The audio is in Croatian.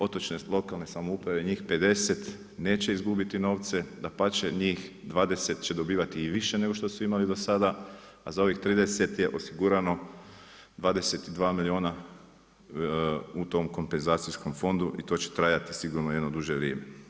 Otočne lokalne samouprave, njih 50, neće izgubiti novce, dapače, njih 20 će dobivati i više nego što su imali dosada, a za ovih 30 je osigurano 22 milijuna u tom kompenzacijskom i to će trajati sigurno jedno duže vrijeme.